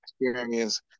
experience